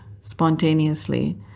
spontaneously